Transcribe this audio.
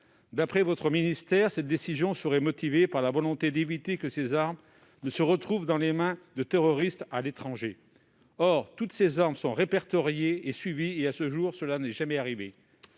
D'après le ministère de l'intérieur, cette décision serait motivée par la volonté d'éviter que ces armes ne se retrouvent dans les mains de terroristes à l'étranger ... Or toutes ces armes sont répertoriées et suivies, et, à ce jour, rien de cela n'est jamais arrivé.